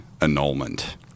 annulment